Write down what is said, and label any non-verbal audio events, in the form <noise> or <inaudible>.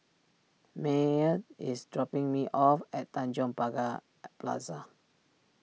Maye is dropping me off at Tanjong Pagar <hesitation> Plaza